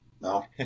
No